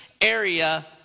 area